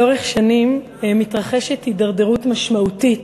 לאורך שנים מתרחשת הידרדרות משמעותית